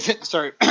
sorry